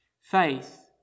Faith